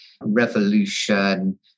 revolution